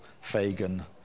Fagan